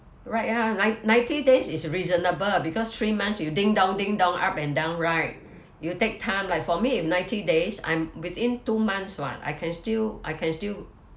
right ya nine ninety days is reasonable because three months you ding dong ding dong up and down right you take time like for me if ninety days I'm within two months [what] I can still I can still